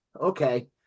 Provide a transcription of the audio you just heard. okay